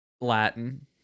Latin